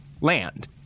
land